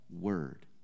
word